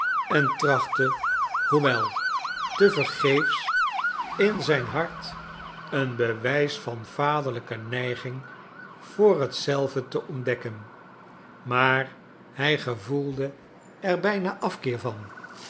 en trachtte hoewel te vergeefs in zijn hart een bewijs van vaderlijke neiging voor hetzelve te ontdekken maar hij gevoelde er bijna afkeer van